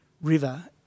river